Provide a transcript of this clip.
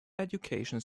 education